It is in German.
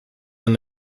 ein